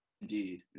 indeed